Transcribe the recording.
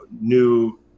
new